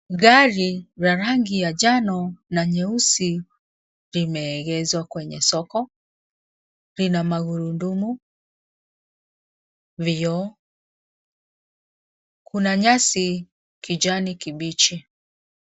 Gari la rangi ya jano na nyeusi limeengeshwa kwenye soko. Lina magurudumu, vioo. Kuna nyasi kijani kibichi.